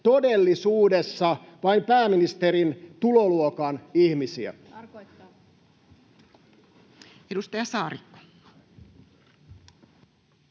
todellisuudessa vain pääministerin tuloluokan ihmisiä? [Vasemmalta: